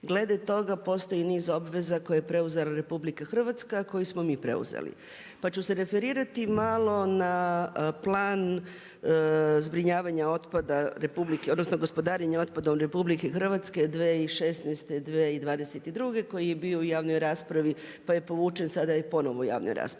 Glede toga postoji niz obveza koje je preuzela RH koje smo mi preuzeli. Pa ću se referirati malo na plan zbrinjavanja otpada RH, odnosno gospodarenje otpadom RH 2016.-2022. koji je bio u javnoj raspravi pa je povučen, sada je ponovno u javnoj raspravi.